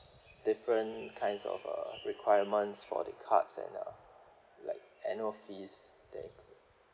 different kinds of uh requirements for the cards and uh like annual fees thing